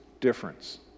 difference